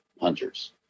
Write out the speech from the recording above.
hunters